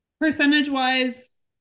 percentage-wise